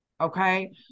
Okay